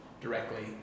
directly